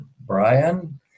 Brian